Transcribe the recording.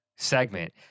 segment